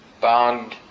bound